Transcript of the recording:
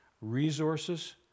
resources